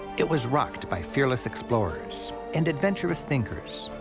it was rocked by fearless explorers and adventurous thinkers.